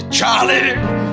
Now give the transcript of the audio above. Charlie